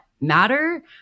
matter